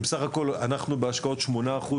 אנחנו בהשקעות בסך הכול 8%,